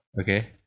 Okay